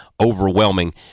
overwhelming